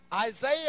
Isaiah